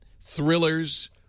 thrillers